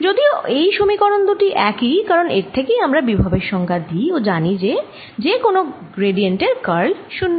যদিও এই সমীকরণ দুটি একই কারণ এর থেকেই আমরা বিভব এর সংজ্ঞা দিই ও জানি যে কোন গ্র্যডিএন্ট এর কার্ল 0